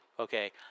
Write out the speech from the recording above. Okay